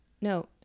No